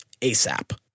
ASAP